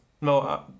No